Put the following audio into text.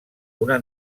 una